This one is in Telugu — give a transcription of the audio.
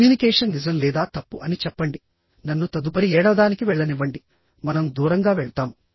కమ్యూనికేషన్ నిజం లేదా తప్పు అని చెప్పండి నన్ను తదుపరి ఏడవదానికి వెళ్లనివ్వండి మనం దూరంగా వెళ్తాము